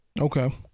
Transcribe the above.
Okay